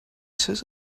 says